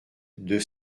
deux